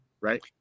right